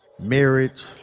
marriage